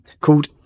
called